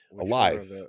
alive